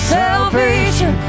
salvation